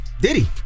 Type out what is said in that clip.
Diddy